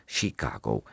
Chicago